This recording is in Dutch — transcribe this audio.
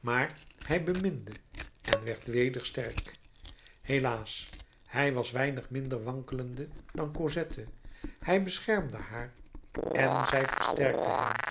maar hij beminde en werd weder sterk helaas hij was weinig minder wankelende dan cosette hij beschermde haar en zij versterkte hem